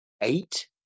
eight